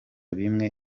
bimwe